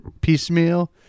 piecemeal